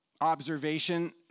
observation